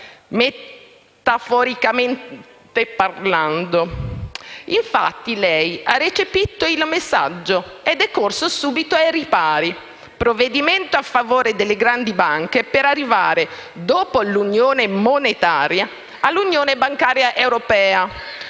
metaforicamente parlando. Infatti, lei ha recepito il messaggio ed è corso subito ai ripari: provvedimento a favore delle grandi banche per arrivare, dopo l'unione monetaria, all'unione bancaria europea